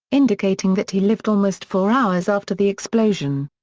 indicating that he lived almost four hours after the explosion.